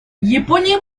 япония